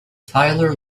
tyler